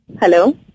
Hello